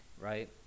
right